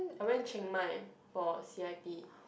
I went Chiang-Mai for C_I_P